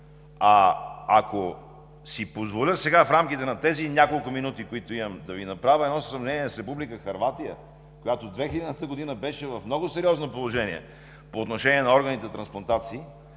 Ако си позволя сега в рамките на тези няколко минути, които имам, да Ви направя едно сравнение с Република Хърватия, която през 2000 г. беше в много сериозно положение по отношение на органните трансплантации,